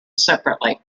separately